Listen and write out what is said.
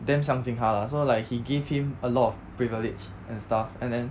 damn 相信他 lah so like he give him a lot of privilege and stuff and then